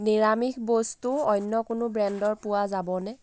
নিৰামিষ বস্তু অন্য কোনো ব্ৰেণ্ডৰ পোৱা যাবনে